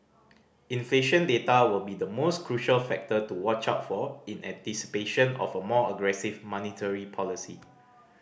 inflation data will be the most crucial factor to watch out for in anticipation of a more aggressive monetary policy